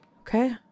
Okay